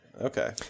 Okay